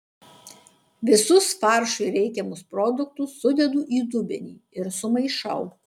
visus faršui reikiamus produktus sudedu į dubenį ir sumaišau